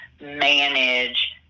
manage